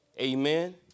amen